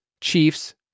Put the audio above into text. Chiefs